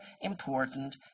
important